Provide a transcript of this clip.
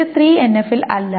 ഇത് 3NF ൽ അല്ല